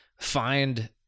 find